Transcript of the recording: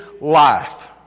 life